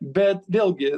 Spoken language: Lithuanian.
bet vėlgi